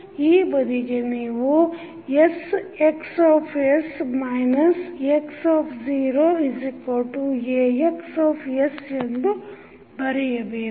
ಈ ಬದಿಗೆ ನೀವು sXs x0AXs ಎಂದು ಬರೆಯಬೇಕು